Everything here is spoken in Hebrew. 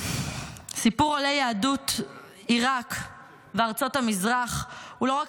סיפור עולי יהדות עיראק וארצות המזרח הוא לא רק